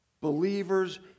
believers